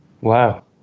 Wow